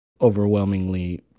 overwhelmingly